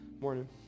morning